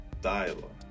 dialogue